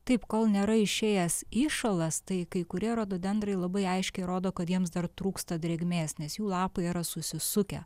taip kol nėra išėjęs įšalas tai kai kurie rododendrai labai aiškiai rodo kad jiems dar trūksta drėgmės nes jų lapai yra susisukę